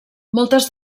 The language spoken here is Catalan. moltes